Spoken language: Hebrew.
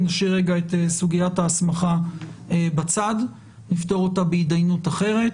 נשאיר רגע את סוגיית ההסמכה בצד ונפתור אותה בהתדיינות אחרת.